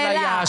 אפליה,